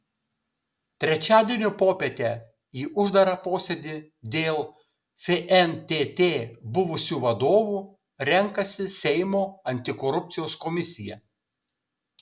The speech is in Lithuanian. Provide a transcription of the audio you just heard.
trečiadienio popietę į uždarą posėdį dėl fntt buvusių vadovų renkasi seimo antikorupcijos komisija